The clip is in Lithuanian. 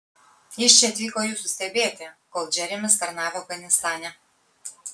jis čia atvyko jūsų stebėti kol džeremis tarnavo afganistane